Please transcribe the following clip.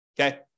okay